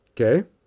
Okay